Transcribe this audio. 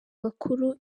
bakuru